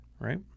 Right